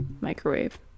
microwave